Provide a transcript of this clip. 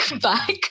back